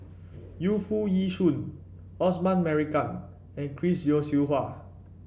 Yu Foo Yee Shoon Osman Merican and Chris Yeo Siew Hua